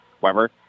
Weber